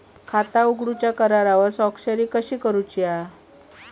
खाता उघडूच्या करारावर स्वाक्षरी कशी करूची हा?